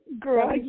Girl